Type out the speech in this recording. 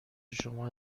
شما